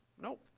Nope